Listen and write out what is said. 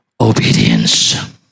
obedience